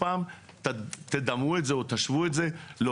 בארצות הברית ראינו פסקי דין שבהם בית משפט אימץ לעניין הזה גם בקשות של